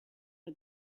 for